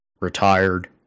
retired